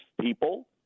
people